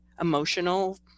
emotional